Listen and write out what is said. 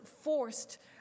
forced